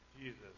Jesus